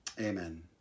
Amen